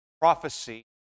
prophecy